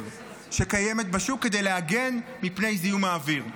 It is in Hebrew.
שקיימת בשוק כדי להגן מפני זיהום האוויר.